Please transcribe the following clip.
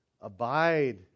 abide